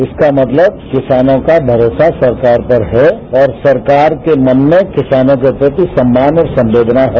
इसका मतलब किसानों का भरोसा सरकार पर है और सरकार के मन में किसानों के प्रति सम्मान और संवेदना है